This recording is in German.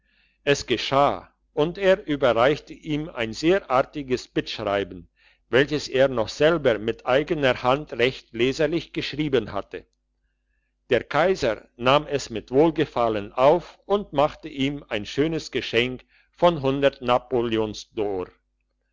es geschah und er überreichte ihm ein sehr artiges bittschreiben welches er noch selber mit eigener hand recht leserlich geschrieben hatte der kaiser nahm es mit wohlgefallen auf und machte ihm ein schönes geschenk von hundert